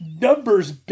numbers